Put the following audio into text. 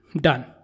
Done